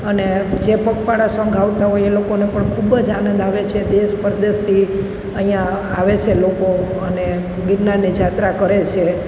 અને જે પગપાળા સંઘ આવતા હોય એ લોકોને પણ ખૂબ જ આનંદ આવે છે દેશ પરદેશથી અહીંયાં આવે છે લોકો અને ગિરનારની જાત્રા કરે છે